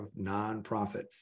nonprofits